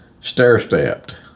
stair-stepped